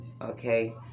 Okay